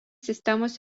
sistemos